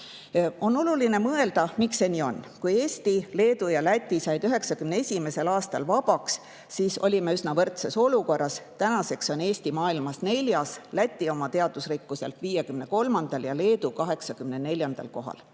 On oluline mõelda, miks see nii on. Kui Eesti, Leedu ja Läti said 1991. aastal vabaks, siis olime üsna võrdses olukorras. Tänaseks on Eesti maailmas 4., Läti oma teadusrikkuselt 53. ja Leedu 84. kohal